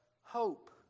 hope